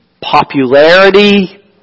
popularity